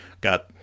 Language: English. got